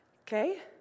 Okay